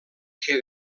que